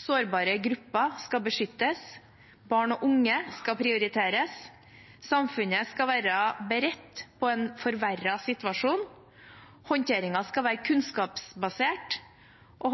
Sårbare grupper skal beskyttes. Barn og unge skal prioriteres. Samfunnet skal være beredt på en forverret situasjon. Håndteringen skal være kunnskapsbasert.